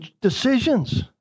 decisions